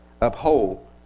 uphold